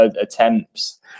attempts